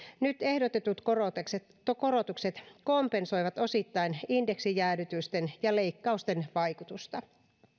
nyt ehdotetut korotukset kompensoivat osittain indeksijäädytysten ja leikkausten vaikutusta